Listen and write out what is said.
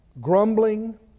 Grumbling